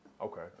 okay